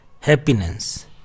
happiness